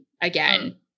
again